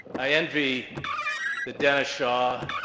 i envy the dennis shaws,